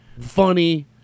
funny